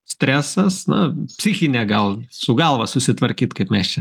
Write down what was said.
stresas na psichinė gal su galva susitvarkyt kaip mes čia